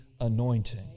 anointing